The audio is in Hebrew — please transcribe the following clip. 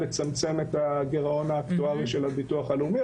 לצמצם את הגירעון האקטוארי של הביטוח הלאומי,